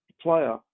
player